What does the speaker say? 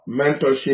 Mentorship